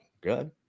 good